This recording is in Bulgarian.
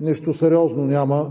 Нищо сериозно няма.